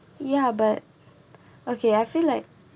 ya but okay I feel like